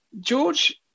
George